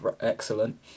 excellent